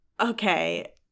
Okay